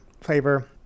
flavor